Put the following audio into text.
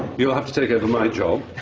you'll have to take over my job.